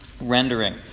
rendering